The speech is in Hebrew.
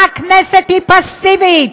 הכנסת היא פסיבית,